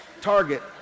target